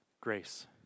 grace